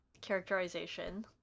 characterization